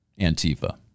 Antifa